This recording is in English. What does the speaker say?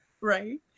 Right